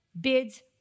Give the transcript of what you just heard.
bids